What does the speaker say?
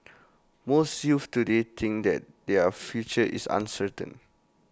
most youths today think that their future is uncertain